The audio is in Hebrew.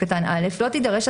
איפה מוסדר נושא